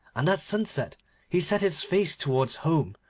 and at sunset he set his face towards home,